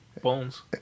bones